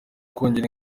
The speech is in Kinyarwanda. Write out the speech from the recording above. kongera